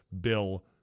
Bill